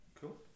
Cool